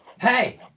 Hey